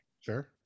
Sure